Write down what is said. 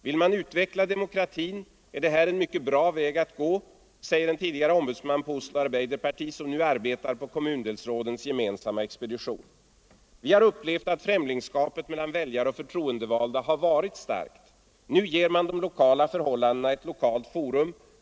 Vill man utveckla demokratin är det här en mycket bra väg att gå, säger en tidigare erfarenhet från ett grannland och skall sedan komma in på de svenska erfarenheterna. Jag tänker på att det i Oslo sedan ett och ett halvt år finns gemensamma expedition. — Vi har upplevt att främlingskapet mellan väljare och förtroendevalda har varit starkt. Nu ger man de lokala förhållandena ett lokalt forum.